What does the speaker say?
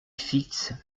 fixe